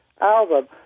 album